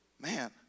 Man